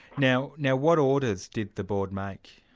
now now what orders did the board make?